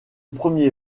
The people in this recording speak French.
premier